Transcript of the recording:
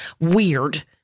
weird